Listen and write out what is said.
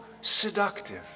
seductive